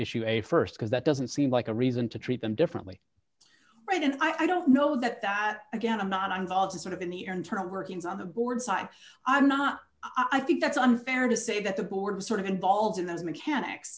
issue a st because that doesn't seem like a reason to treat them differently right and i don't know that that again i'm not i'm all sort of in the internal workings of the board fine i'm not i think that's unfair to say that people were sort of involved in the mechanics